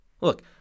Look